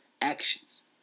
actions